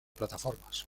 plataformas